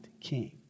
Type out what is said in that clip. king